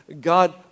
God